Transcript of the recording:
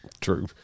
True